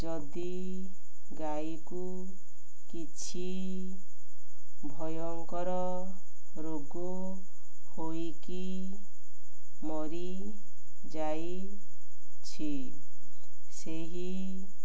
ଯଦି ଗାଈକୁ କିଛି ଭୟଙ୍କର ରୋଗ ହୋଇକି ମରିଯାଇଛି ସେହି